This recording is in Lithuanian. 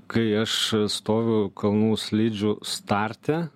kai aš stoviu kalnų slidžių starte